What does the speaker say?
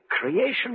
creation